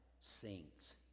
saints